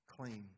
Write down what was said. clean